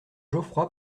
geoffroy